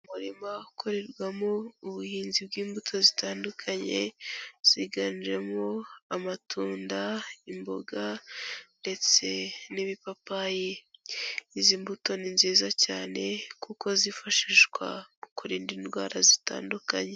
Umurima ukorerwamo ubuhinzi bw'imbuto zitandukanye, ziganjemo amatunda, imboga ndetse n'ibipapayi. Izi mbuto ni nziza cyane kuko zifashishwa mu kurinda indwara zitandukanye.